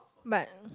but